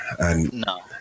No